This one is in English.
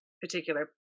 particular